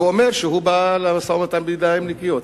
ואומר שהוא בא למשא-ומתן בידיים נקיות,